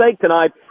tonight